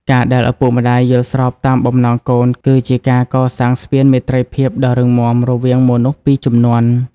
ការដែលឪពុកម្ដាយយល់ស្របតាមបំណងកូន គឺជាការកសាងស្ពានមេត្រីភាពដ៏រឹងមាំរវាងមនុស្សពីរជំនាន់។